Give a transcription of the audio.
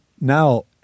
Now